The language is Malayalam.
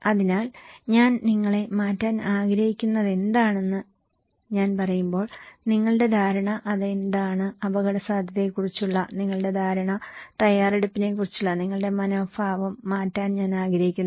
അതിനാൽ ഞാൻ നിങ്ങളെ മാറ്റാൻ ആഗ്രഹിക്കുന്നതെന്താണെന്ന് ഞാൻ പറയുമ്പോൾ നിങ്ങളുടെ ധാരണ അത് എന്താണ് അപകടസാധ്യതയെക്കുറിച്ചുള്ള നിങ്ങളുടെ ധാരണ തയ്യാറെടുപ്പിനെക്കുറിച്ചുള്ള നിങ്ങളുടെ മനോഭാവം മാറ്റാൻ ഞാൻ ആഗ്രഹിക്കുന്നു